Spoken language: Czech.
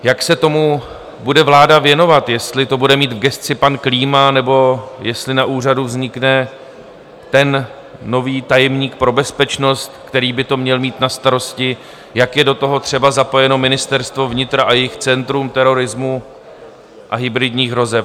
Jak se tomu bude vláda věnovat, jestli to bude mít v gesci pan Klíma, nebo jestli na úřadu vznikne ten nový tajemník pro bezpečnost, který by to měl mít na starosti, jak je do toho třeba zapojeno Ministerstva vnitra a jejich Centrum terorismu a hybridních hrozeb.